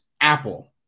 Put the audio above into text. Apple